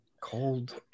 cold